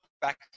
back